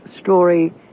story